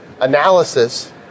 analysis